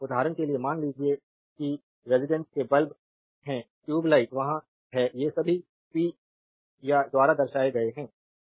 उदाहरण के लिए मान लीजिए कि रेजिडेंस में बल्ब है ट्यूब लाइट वहाँ है ये सभी पी या द्वारा दर्शाए गए हैं